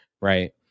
right